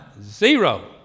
Zero